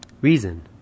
reason